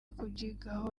kubyigaho